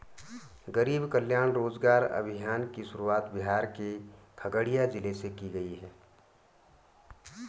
गरीब कल्याण रोजगार अभियान की शुरुआत बिहार के खगड़िया जिले से की गयी है